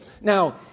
Now